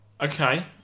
okay